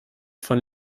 von